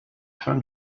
fin